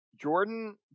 Jordan